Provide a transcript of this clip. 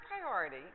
priority